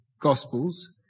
Gospels